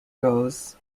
goes